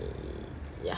ya